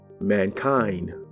Mankind